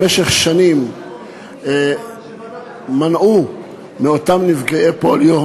במשך שנים מנעו מאותם נפגעי פוליו